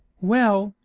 well,